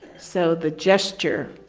so the gesture,